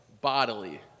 bodily